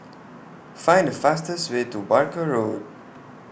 Find The fastest Way to Barker Road